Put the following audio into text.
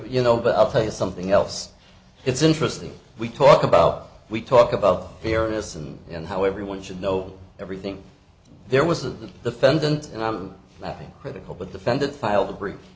you know but i'll tell you something else it's interesting we talk about we talk about fairness and and how everyone should know everything there was a defendant and i'm having critical but defendant filed a brief